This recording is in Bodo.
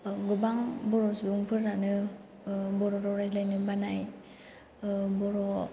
गोबां बर' सुबुंफोरानो बर' राव रायज्लायनो बानाय बर'